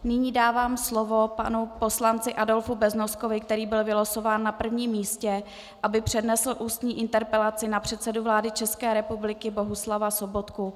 Nyní dávám slovo panu poslanci Adolfu Beznoskovi, který byl vylosován na prvním místě, aby přednesl ústní interpelaci na předsedu vlády České republiky Bohuslava Sobotku.